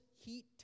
heat